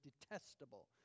detestable